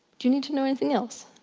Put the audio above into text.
do you need to know anything else?